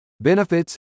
benefits